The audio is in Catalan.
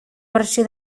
versió